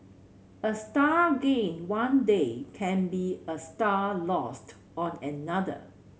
a star gained one day can be a star lost on another